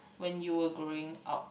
when you were growing up